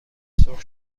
سرخ